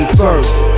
first